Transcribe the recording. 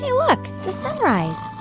yeah look. the sunrise.